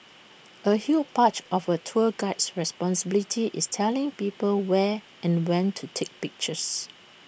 A Hugh patch of A tour guide's responsibilities is telling people where and when to take pictures